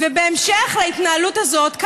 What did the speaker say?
ובהמשך להתנהלות הזאת,